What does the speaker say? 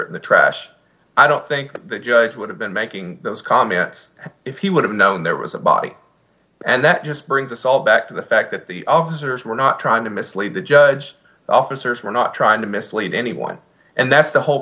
it in the trash i don't think the judge would have been making those comments if he would have known there was a body and that just brings us all back to the fact that the officers were not trying to mislead the judge officers we're not trying to mislead anyone and that's the whole